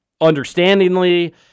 understandingly